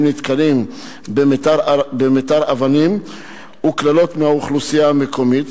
הם נתקלים במטר אבנים וקללות מהאוכלוסייה המקומית,